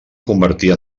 convertir